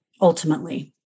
ultimately